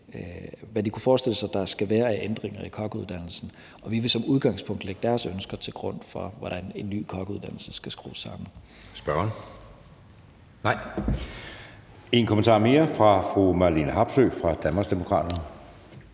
hvad de kunne forestille sig der skal være af ændringer i kokkeuddannelsen. Vi vil som udgangspunkt lægge deres ønsker til grund for, hvordan en ny kokkeuddannelse skal skrues sammen. Kl. 19:12 Anden næstformand (Jeppe Søe): Spørgeren? Nej. Der er en kommentar mere fra fru Marlene Harpsøe fra Danmarksdemokraterne.